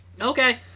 Okay